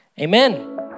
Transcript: amen